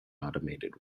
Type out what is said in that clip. automated